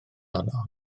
honno